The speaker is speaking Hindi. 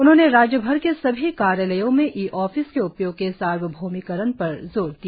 उन्होंने राज्यभर के सभी कार्यालयों में इ ऑफिस के उपयोग के सार्वभौमिकरण पर जोर दिया